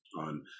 on